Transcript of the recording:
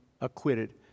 acquitted